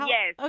Yes